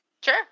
Sure